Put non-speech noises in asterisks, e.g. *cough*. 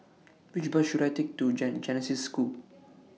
Which Bus should I Take to Gen Genesis School *noise*